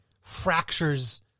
fractures